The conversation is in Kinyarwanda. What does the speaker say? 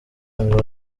ngo